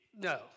no